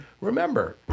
remember